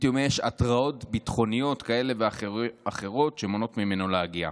פתאום יש התרעות ביטחוניות כאלה ואחרות שמונעות ממנו להגיע.